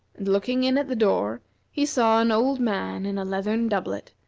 and looking in at the door he saw an old man in a leathern doublet,